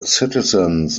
citizens